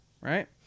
right